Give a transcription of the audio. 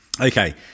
Okay